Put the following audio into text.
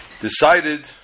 decided